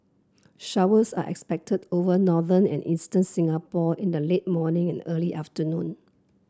showers are expected over northern and eastern Singapore in the late morning and early afternoon